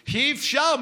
אי-אפשר,